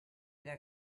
era